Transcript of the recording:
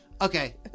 Okay